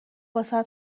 واست